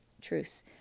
truce